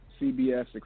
CBS